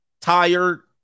Tired